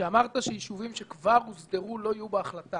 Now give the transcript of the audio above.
כשאמרת שהיישובים שכבר הוסדרו לא יהיו בהחלטה.